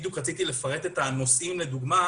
בדיוק רציתי לפרט את הנושאים לדוגמה.